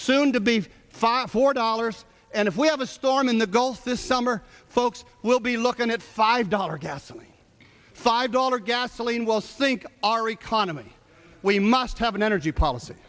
soon to be five four dollars and if we have a storm in the gulf this summer folks will be looking at five dollar gasoline five dollar gasoline will sink our economy we must have an energy policy